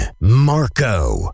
Marco